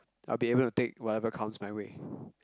I'll be able to take whatever comes my way